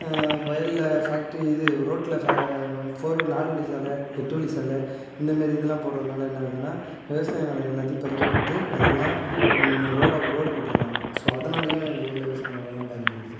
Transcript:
வயல்ல ஃபேக்ட்ரி இது ரோட்டில ஃபே ஃபோர் வீல் நாலு வழி சாலை எட்டு வழி சாலை இந்த மாரி இதெல்லாம் போடுறதுனால என்னாகுதுன்னா விவசாய நிலம் எல்லாத்தையும் பறிக்கப்பட்டு அதெல்லாம் இன்னிமே ரோட ரோடு போட்டுட்றாங்க ஸோ அதனாலயும் எங்கள் ஊர்ல விவசாய நிலம் எல்லாம் பாதிக்கப்படுது